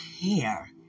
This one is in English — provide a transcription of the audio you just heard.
care